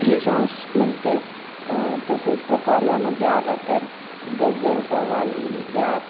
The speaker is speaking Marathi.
हे साँग्स म्हणते तसेच प्रकार यामध्ये आला तर गजल कव्वाली रॅप